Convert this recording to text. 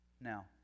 Now